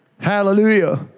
hallelujah